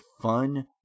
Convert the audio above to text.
fun